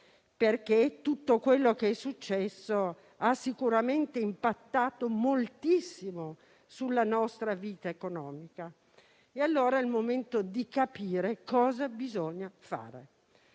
reale. Tutto quello che è successo, infatti, ha sicuramente impattato moltissimo sulla nostra vita economica. Pertanto, è il momento di capire cosa bisogna fare.